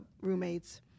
roommates